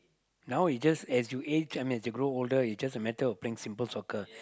now is just as you age I mean you grow older it's just a matter of playing simple soccer